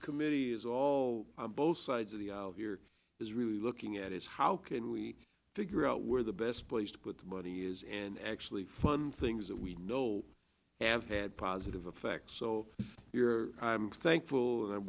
committee is all both sides of the aisle here is really looking at is how can we figure out where the best place to put the money is and actually fun things that we know have had positive effect so you're thankful